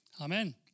Amen